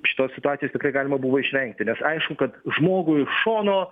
šitos situacijos tikrai galima buvo išvengti nes aišku kad žmogui iš šono